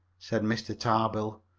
said mr. tarbill,